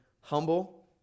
humble